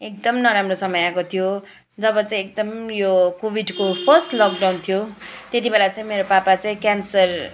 एकदम नराम्रो समय आएको थियो जब चाहिँ एकदम यो कोभिडको फर्स्ट लकडाउन थियो त्यति बेला चाहिँ मेरो पापा चाहिँ क्यान्सर